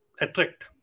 attract